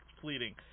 fleeting